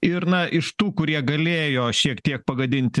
ir na iš tų kurie galėjo šiek tiek pagadinti